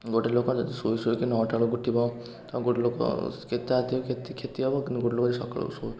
ଗୋଟେ ଲୋକ ଯଦି ଶୋଇ ଶୋଇ କି ନଅଟା ବେଳକୁ ଉଠିବ ତ ଗୋଟେ ଲୋକ ତା ଦେହ କେତେ କ୍ଷତି ହେବ କିନ୍ତୁ ଗୋଟେ ଲୋକ ସକାଳୁ ଯଦି